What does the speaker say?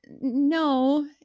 no